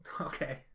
Okay